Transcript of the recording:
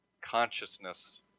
consciousness